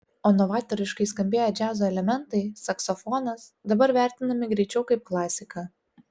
o novatoriškai skambėję džiazo elementai saksofonas dabar vertinami greičiau kaip klasika